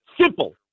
Simple